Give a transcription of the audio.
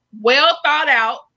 well-thought-out